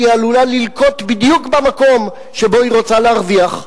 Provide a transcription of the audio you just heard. כי היא עלולה ללקות בדיוק במקום שבו היא רוצה להרוויח,